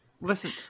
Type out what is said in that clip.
Listen